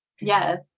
Yes